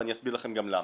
ואני אסביר לכם גם למה.